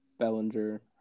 Bellinger